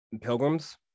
Pilgrims